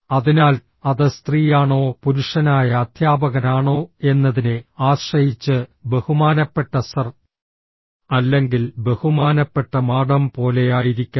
അതിനാൽ അത് സ്ത്രീയാണോ പുരുഷനായ അധ്യാപകനാണോ എന്നതിനെ ആശ്രയിച്ച് ബഹുമാനപ്പെട്ട സർ അല്ലെങ്കിൽ ബഹുമാനപ്പെട്ട മാഡം പോലെയായിരിക്കണം